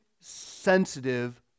sensitive